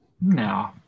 No